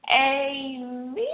Amen